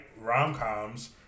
rom-coms